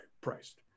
priced